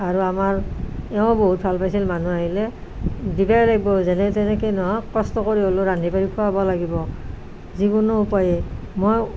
আৰু আমাৰ এওঁ বহুত ভাল পাইছিল মানুহ আহিলে দিবাই লাগ্বো যেনেতেনেকেই নহওক কষ্ট কৰি হলেও ৰান্ধি বাঢ়ি খোৱাবাই লাগিব যিকোনো উপায়ে মই